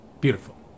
beautiful